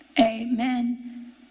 amen